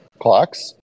clocks